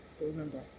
Remember